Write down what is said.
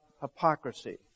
hypocrisy